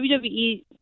WWE